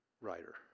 writer